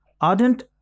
Ardent